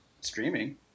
streaming